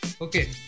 Okay